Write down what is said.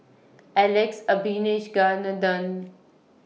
Alex Abisheganaden